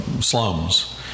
slums